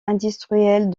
industrielle